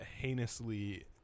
heinously